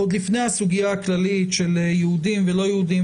עוד לפני הסוגיה הכללית של יהודים ולא יהודים,